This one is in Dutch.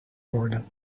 worden